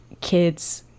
kids